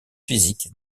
physique